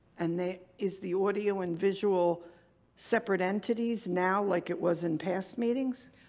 and they. is the audio and visual separate entities now like it was in past meetings?